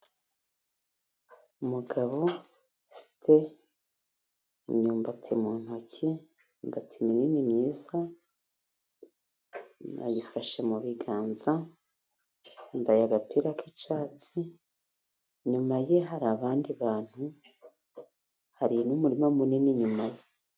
Umugabo ufite imyumbati mu ntoki ,imyumbati minini myiza ayifashe mu biganza. Yambaye agapira k'icyatsi, inyuma ye hari abandi bantu, hari n'umurima munini inyuma ye.